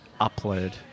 upload